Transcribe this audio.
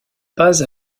pas